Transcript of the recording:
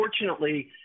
Unfortunately